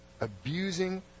abusing